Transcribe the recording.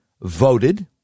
voted